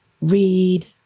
read